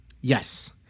Yes